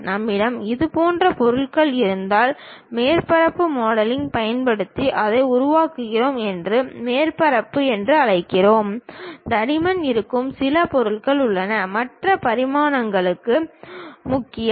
நம்மிடம் இதுபோன்ற பொருள்கள் இருந்தால் மேற்பரப்பு மாடலிங் பயன்படுத்தி அதை உருவாக்குகிறோம் என்று மேற்பரப்பு என்று அழைக்கிறோம் தடிமன் இருக்கும் சில பொருள்கள் உள்ளன மற்ற பரிமாணங்களும் முக்கியம்